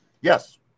Yes